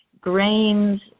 grains